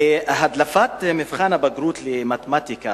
הדלפת מבחן הבגרות במתמטיקה